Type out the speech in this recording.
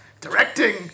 directing